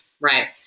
right